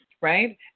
right